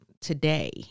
today